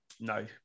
No